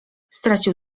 stracił